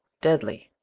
deadly?